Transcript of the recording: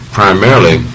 primarily